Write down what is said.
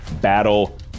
Battle